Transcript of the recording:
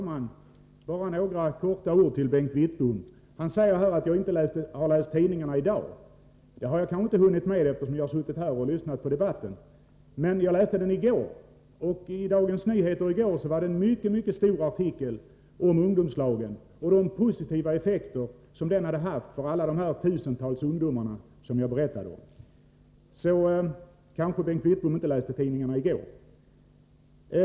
Fru talman! Bara några ord till Bengt Wittbom. Han säger att jag tydligen inte har läst tidningarna i dag. Det har jag kanske inte hunnit med ordentligt, eftersom jag har suttit här och lyssnat på debatten. Men jag läste dem i går, och då hade Dagens Nyheter en mycket stor artikel om ungdomslagen och de positiva effekter som den haft för alla de tusentals ungdomar som jag berättade om. Så Bengt Wittbom kanske inte läste tidningarna i går.